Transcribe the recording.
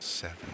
seven